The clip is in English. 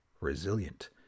resilient